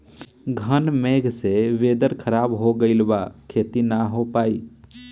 घन मेघ से वेदर ख़राब हो गइल बा खेती न हो पाई